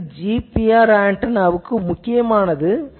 இது GPR ஆன்டெனாவுக்கு முக்கியமானது